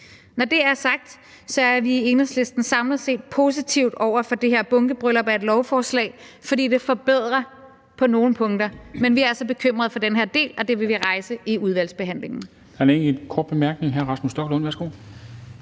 Når det er sagt, er vi i Enhedslisten samlet set positive over for det her bunkebryllup af et lovforslag, fordi det er en forbedring på nogle punkter. Men vi er altså bekymrede for den her del, og det vil vi rejse i udvalgsbehandlingen.